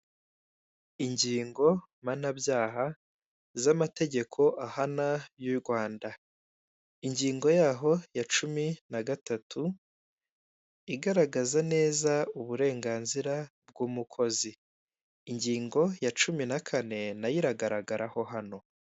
Ingingo mpanabyaha z'amtegeko ahana y'u Rwanda ingingo yaho ya cumi na gatatu igaragaza neza uburenganzira bw'umukozi ingingo ya cumi na kane, nayo iragaragaraho hano.